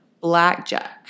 Blackjack